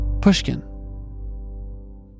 pushkin